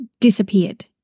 disappeared